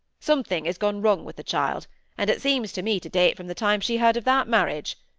something has gone wrong with the child and it seemed to me to date from the time she heard of that marriage.